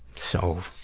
so,